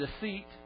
deceit